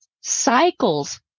Cycles